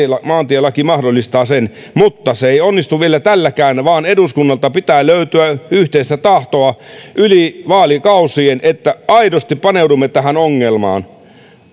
maantielaki mahdollistaa sen mutta se ei onnistu vielä tälläkään vaan eduskunnalta pitää löytyä yhteistä tahtoa yli vaalikausien että aidosti paneudumme tähän ongelmaan